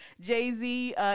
Jay-Z